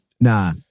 nah